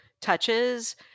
touches